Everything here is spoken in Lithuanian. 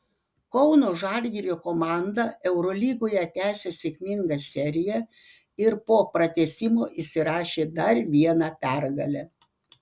kauno žalgirio komanda eurolygoje tęsią sėkmingą seriją ir po pratęsimo įsirašė dar vieną pergalę